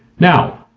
now,